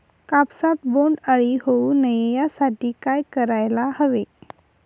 कापसात बोंडअळी होऊ नये यासाठी काय करायला हवे?